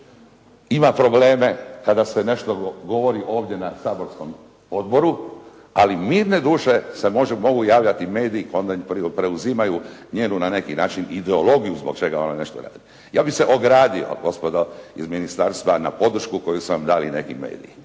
ima probleme kada se nešto govori ovdje na saborskom odboru ali mirne duše se može … /Govornik se ne razumije./ … javljati mediji onda im preuzimaju njenu na neki način ideologiju zbog čega ona nešto radi. Ja bih se ogradio gospodo iz ministarstva na podršku koju sam dao i neki mediji.